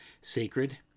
sacred